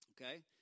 okay